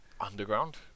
underground